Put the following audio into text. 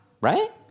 right